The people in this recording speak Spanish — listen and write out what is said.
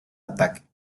ataque